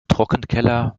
trockenkeller